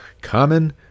Common